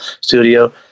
studio